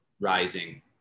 rising